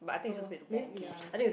oh may~ ya